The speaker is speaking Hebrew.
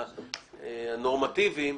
הנורמטיביים,